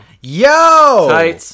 Yo